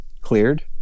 cleared